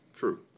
true